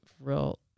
real